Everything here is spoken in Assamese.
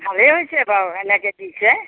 ভালেই হৈছে বাৰু এনেকৈ দিছে